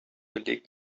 beleg